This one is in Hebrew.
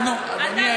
אתה חצוף, אתה מנותק.